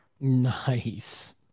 Nice